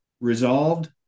resolved